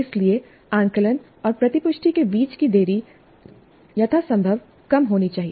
इसलिए आकलन और प्रतिपुष्टि के बीच की देरी यथासंभव कम होनी चाहिए